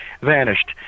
vanished